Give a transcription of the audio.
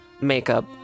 makeup